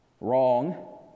wrong